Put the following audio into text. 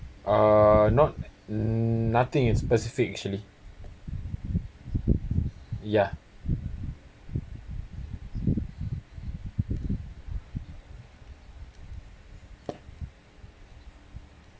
uh not nothing in specific actually ya